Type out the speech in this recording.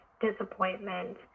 disappointment